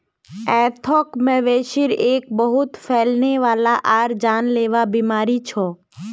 anthrax, मवेशिर एक बहुत फैलने वाला आर जानलेवा बीमारी छ